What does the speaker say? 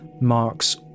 Marks